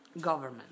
government